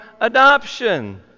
adoption